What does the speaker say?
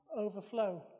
overflow